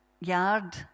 yard